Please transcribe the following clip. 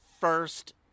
first